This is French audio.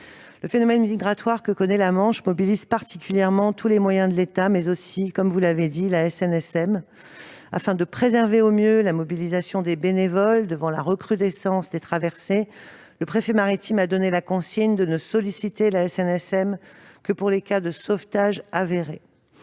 Le phénomène migratoire que connaît la Manche mobilise particulièrement tous les moyens de l'État, mais aussi, comme vous l'avez souligné, la SNSM. Afin de préserver au mieux la mobilisation des bénévoles, et devant la recrudescence des traversées, le préfet maritime a donné la consigne de ne solliciter la SNSM que pour les cas de sauvetage avérés.